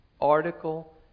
article